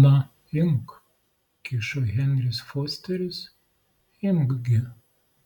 na imk kišo henris fosteris imk gi